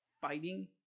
fighting